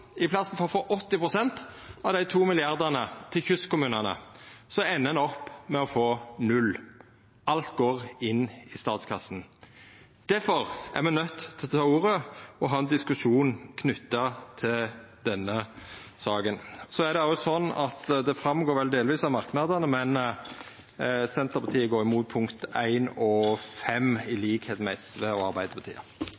i staden for å få 80 pst. av dei to milliardane til kystkommunane, endar opp med å få null. Alt går inn i statskassa. Difor er me nøydde til å ta ordet og ha ein diskusjon knytt til denne saka. Det går vel delvis fram av merknadane, men Senterpartiet går imot I og V i tilrådinga, til liks med SV og Arbeidarpartiet. Koronapandemien preger den økonomiske situasjonen både i